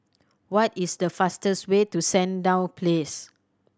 what is the fastest way to Sandown Place